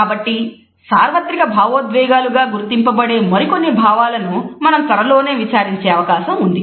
కాబట్టి సార్వత్రిక భావోద్వేగాలు గా గుర్తింపబడే మరికొన్ని భావాలను మనం త్వరలో విచారించే అవకాశం ఉంది